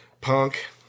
punk